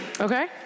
okay